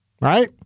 right